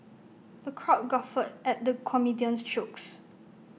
the crowd guffawed at the comedian's jokes